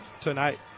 tonight